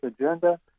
agenda